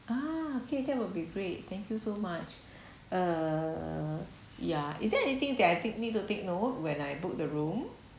ah okay that will be great thank you so much uh ya is there anything that I tak~ need to take note when I book the room